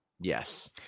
Yes